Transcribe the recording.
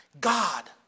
God